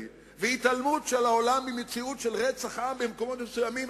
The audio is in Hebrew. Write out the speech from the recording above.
התעלמות של העולם ממציאות של רצח עם במקומות מסוימים,